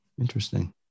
interesting